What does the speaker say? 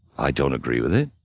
i don't agree with it.